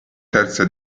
terza